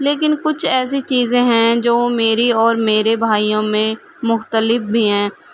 لیکن کچھ ایسی چیزیں ہیں جو میری اور میرے بھائیوں میں مخلتف بھی ہیں